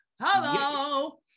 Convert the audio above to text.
Hello